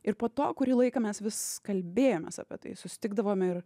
ir po to kurį laiką mes vis kalbėjomės apie tai susitikdavom ir